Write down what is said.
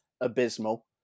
abysmal